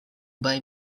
buy